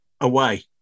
away